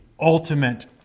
ultimate